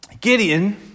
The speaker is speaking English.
Gideon